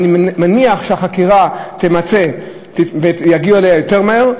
אני מניח שהחקירה תמוצה ויגיעו יותר מהר.